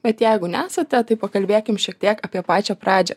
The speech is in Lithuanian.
bet jeigu nesate tai pakalbėkim šiek tiek apie pačią pradžią